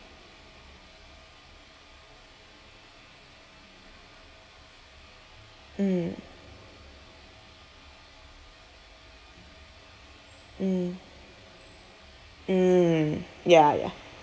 mm mm mm ya ya